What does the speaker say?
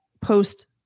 post